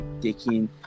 taking